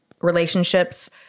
relationships